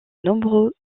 nombreux